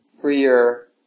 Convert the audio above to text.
freer